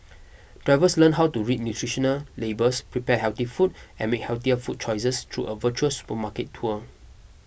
drivers learn how to read nutritional labels prepare healthy food and make healthier food choices through a virtual supermarket tour